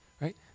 right